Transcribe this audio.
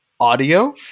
Audio